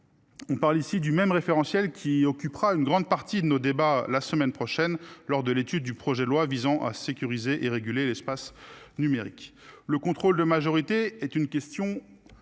On parle ici du même référentiel qui occupera une grande partie de nos débats la semaine prochaine lors de l'étude du projet de loi visant à sécuriser et réguler l'espace numérique. Le contrôle de majorité est une question.